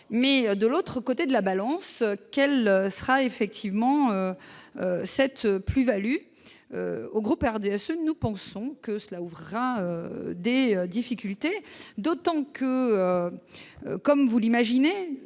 mais de l'autre côté de la balance quel sera, effectivement, cette plus-Value au groupe RDSE, nous pensons que cela ouvre à des difficultés d'autant que, comme vous l'imaginez,